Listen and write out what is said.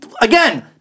again